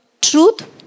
truth